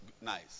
nice